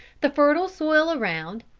the fertile soil around,